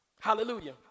Hallelujah